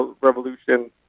revolution